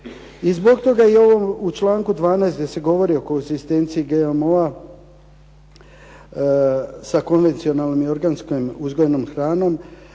I zbog toga i ovo u članku 12. gdje se govori o koegzistenciji GMO-a sa konvencionalno i organski uzgojenom hranom,